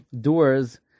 doors